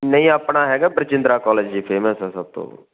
ਨਹੀਂ ਆਪਣਾ ਹੈਗਾ ਬਰਜਿੰਦਰਾ ਕਾਲਜ ਜੀ ਫੇਮਸ ਸਭ ਤੋਂ